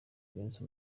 beyoncé